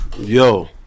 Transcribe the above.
Yo